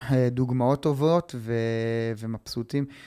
דוגמאות טובות ומבסוטים.